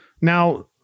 Now